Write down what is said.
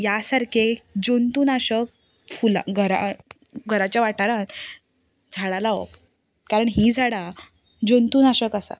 ह्या सारके जंतू नाशक घराच्या वाठारांत झाडां लावप कारण हीं झाडां जेतूनाशक आसात